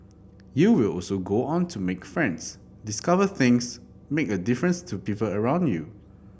you will also go on to make friends discover things make a difference to people around you